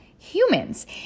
humans